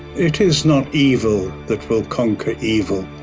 it is not evil that will conquer evil,